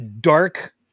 dark